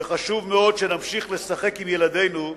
שחשוב מאוד שנמשיך לשחק עם ילדינו,